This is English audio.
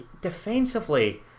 defensively